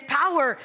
power